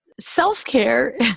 Self-care